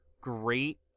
great